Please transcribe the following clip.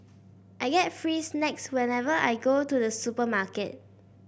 I get free snacks whenever I go to the supermarket